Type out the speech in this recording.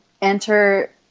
enter